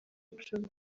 icumi